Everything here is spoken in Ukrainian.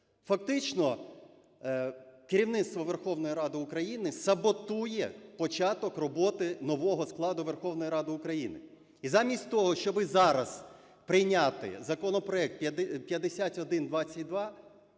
Фактично керівництво Верховної Ради України саботує початок роботи нового складу Верховної Ради України. І замість того, щоби зараз прийняти законопроект 5122,